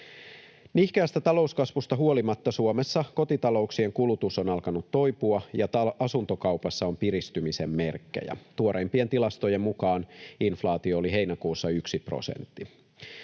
Nihkeästä talouskasvusta huolimatta Suomessa kotitalouksien kulutus on alkanut toipua ja asuntokaupassa on piristymisen merkkejä. Tuoreimpien tilastojen mukaan inflaatiota oli heinäkuussa yksi prosentti.